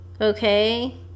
Okay